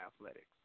athletics